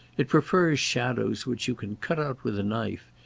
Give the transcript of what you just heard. it prefers shadows which you can cut out with a knife.